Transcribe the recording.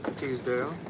teasdale.